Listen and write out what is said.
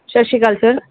ਸਤਿ ਸ਼੍ਰੀ ਅਕਾਲ ਸਰ